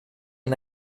and